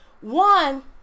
one